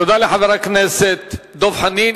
תודה לחבר הכנסת דב חנין.